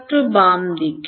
ছাত্র বাম দিকে